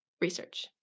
research